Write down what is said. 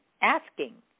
asking